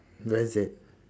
where is that